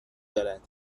دارد